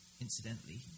Incidentally